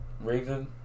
Raven